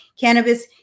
cannabis